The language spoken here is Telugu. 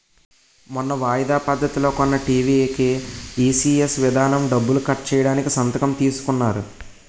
మొన్న వాయిదా పద్ధతిలో కొన్న టీ.వి కీ ఈ.సి.ఎస్ విధానం డబ్బులు కట్ చేయడానికి సంతకం తీసుకున్నారు